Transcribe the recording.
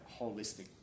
holistic